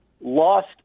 lost